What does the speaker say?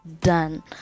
done